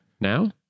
Now